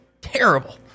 terrible